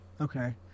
Okay